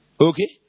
Okay